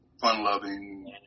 fun-loving